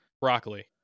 broccoli